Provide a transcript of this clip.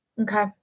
Okay